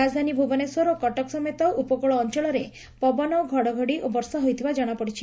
ରାଜଧାନୀ ଭୁବନେଶ୍ୱର ଓ କଟକ ସମେତ ଉପକୁଳ ଅଞଳରେ ପବନ ଘଡ଼ଘଡ଼ି ଓ ବର୍ଷା ହୋଇଥିବା ଜଶାପଡ଼ିଛି